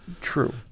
True